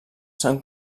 s’han